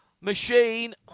machine